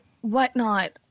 whatnot